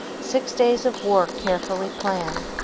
six days of work carefully planned,